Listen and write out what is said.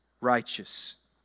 righteous